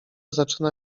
zaczyna